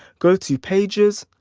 go to pages,